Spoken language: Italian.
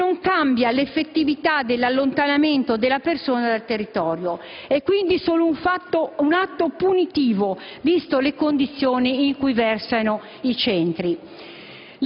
che non cambia l'effettività dell'allontanamento della persona dal territorio. È quindi solo un atto punitivo, viste le condizioni in cui versano questi centri.